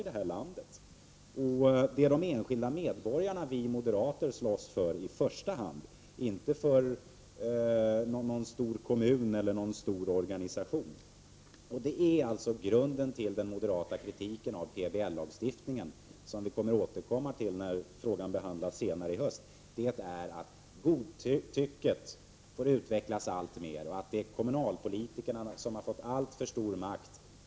Det är i första hand de enskilda medborgarna som vi moderater slåss för, inte för någon stor kommun eller någon stor organisa tion. Grunden till den moderata kritiken av PBL-lagstiftningen, som vi kommer att återkomma till när frågan skall behandlas senare i höst, är att godtycket får utvecklas alltmer och att det är kommunalpolitikerna som har fått alltför stor makt.